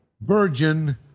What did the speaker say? virgin